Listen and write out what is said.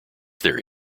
there